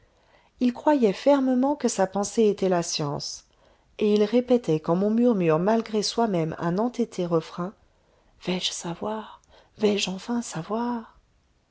il croyait fermement que sa pensée était la science et il répétait comme on murmure malgré soi-même un entêté refrain vais-je savoir vais-je enfin savoir